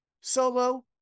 Solo